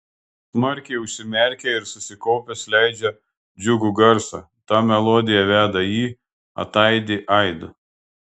smarkiai užsimerkia ir susikaupęs leidžia džiugų garsą ta melodija veda jį ataidi aidu